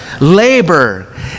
labor